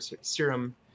serum